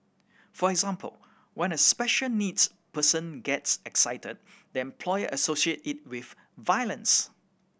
for example when a special needs person gets excited the employer associate it with violence